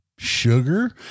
Sugar